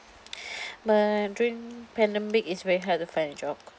but during pandemic it's very hard to find a job